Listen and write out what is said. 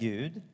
Gud